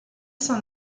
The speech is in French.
cent